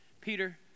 Peter